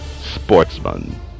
sportsman